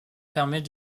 permet